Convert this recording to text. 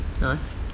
Nice